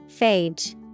Phage